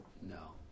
no